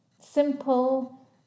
simple